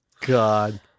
God